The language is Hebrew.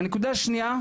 הנקודה השנייה,